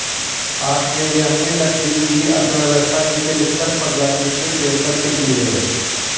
Australia में लकड़ी की अर्थव्यवस्था यूकेलिप्टस प्रजाति के पेड़ पर टिकी है